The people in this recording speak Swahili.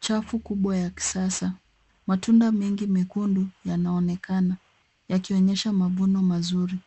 Chafu kubwa ya kisasa. Matunda mengi mekundu, yanaonekana, yakionyesha mavuno mazuri.